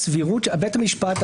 שבית המשפט,